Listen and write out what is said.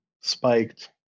spiked